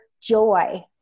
joy